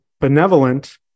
benevolent